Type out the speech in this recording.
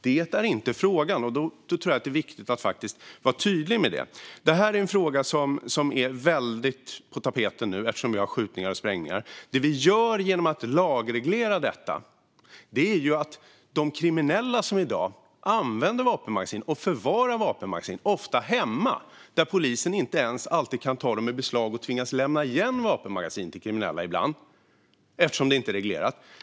Det är inte detta som frågan gäller, och jag tror att det är viktigt att vara tydlig med det. Detta är en fråga som är på tapeten nu eftersom vi har skjutningar och sprängningar. Eftersom detta i dag inte är lagreglerat kan de kriminella som använder vapenmagasin och förvarar dem - ofta hemma, där polisen inte alltid kan ta dem i beslag och ibland tvingas lämna tillbaka vapenmagasin till kriminella - inte dömas för något.